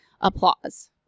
applause